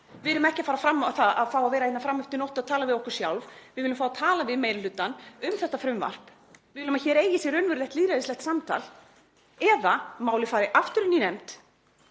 Við erum ekki að fara fram á það að fá að vera hérna fram eftir nóttu og tala við okkur sjálf. Við viljum fá að tala við meiri hlutann um þetta frumvarp. Við viljum að hér eigi sér stað raunverulegt lýðræðislegt samtal eða málið fari aftur inn í nefnd